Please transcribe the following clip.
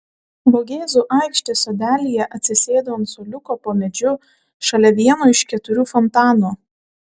vogėzų aikštės sodelyje atsisėdu ant suoliuko po medžiu šalia vieno iš keturių fontanų